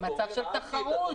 מצב של תחרות.